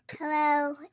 Hello